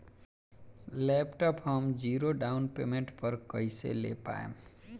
Laptop हम zero down payment पर कैसे ले पाएम?